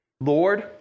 Lord